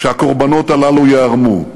שהקורבנות הללו ייערמו,